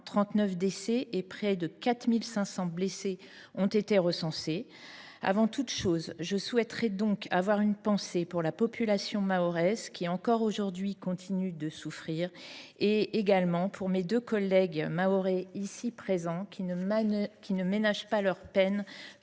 39 décès et près de 4 500 blessés ont été recensés. Avant toute chose, je souhaiterais donc avoir une pensée pour la population mahoraise, qui, encore aujourd’hui, continue de souffrir, et pour nos deux collègues mahorais, ici présents, qui ne ménagent pas leurs peines